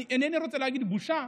אינני רוצה להגיד בושה.